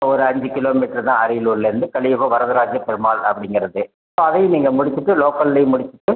ஒரு அஞ்சு kilometre தான் அரியலூர்லேந்து கலியுக வரதராஜ பெருமாள் அப்படிங்குறது ஸோ அதையும் நீங்கள் முடிச்சுட்டு லோக்கல்லேயும் முடிச்சுட்டு